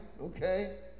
Okay